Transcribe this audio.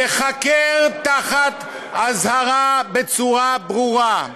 ייחקר באזהרה בצורה ברורה.